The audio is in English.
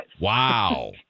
Wow